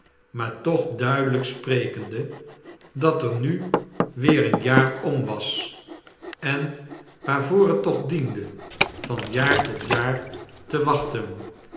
maar toch duidelijk sprekende dat er nu weer een jaar om was en waarvoor het toch diende van jaar tot jaar te wachten